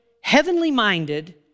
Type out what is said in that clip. heavenly-minded